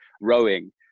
rowing